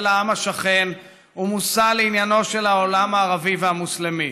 העם השכן ומושא לעניינו של העולם הערבי והמוסלמי.